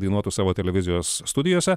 dainuotų savo televizijos studijose